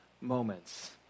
moments